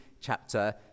chapter